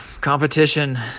competition